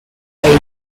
eight